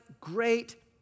great